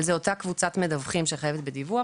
אבל זו אותה קבוצת מדווחים שחייבת בדיווח,